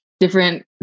different